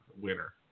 winner